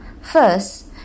First